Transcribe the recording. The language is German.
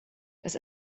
das